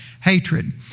hatred